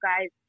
guys